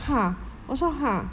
ha 我说 ha